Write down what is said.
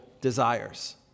desires